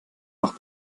noch